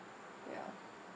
ya